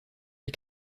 les